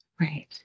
Right